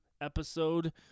episode